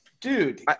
dude